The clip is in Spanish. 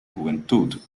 juventud